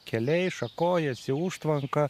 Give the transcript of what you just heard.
keliai šakojasi užtvanka